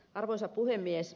arvoisa puhemies